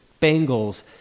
Bengals –